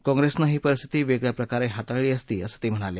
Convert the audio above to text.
काँग्रेसनं ही परिस्थिती वेगळ्या प्रकारे हाताळली असती असं ते म्हणाले